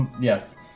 Yes